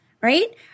right